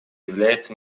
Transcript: является